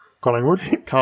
Collingwood